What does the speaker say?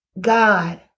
God